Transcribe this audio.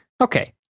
Okay